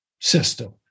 system